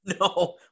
No